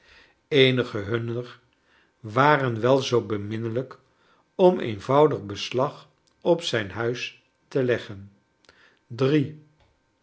eenige hunner waren wel zoo beminnelrjk om eenvoudig beslag op zijn huis te leggen drie